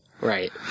right